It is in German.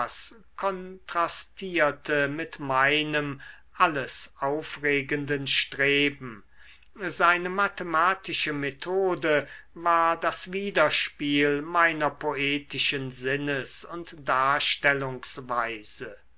kontrastierte mit meinem alles aufregenden streben seine mathematische methode war das widerspiel meiner poetischen sinnes und darstellungsweise